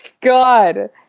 God